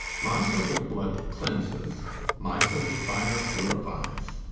my sort of blood cleanses my sort of fire purifies.